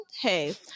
hey